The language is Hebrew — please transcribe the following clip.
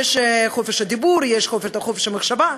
יש חופש הדיבור, יש חופש המחשבה.